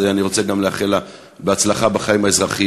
אני רוצה גם לאחל לה הצלחה בחיים האזרחיים.